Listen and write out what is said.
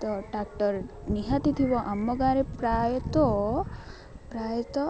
ତ ଟ୍ରାକ୍ଟର୍ ନିହାତି ଥିବ ଆମ ଗାଁରେ ପ୍ରାୟତଃ ପ୍ରାୟତଃ